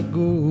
go